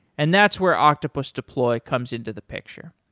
and that's where octopus deploy comes into the picture.